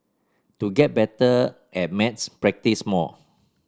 to get better at maths practise more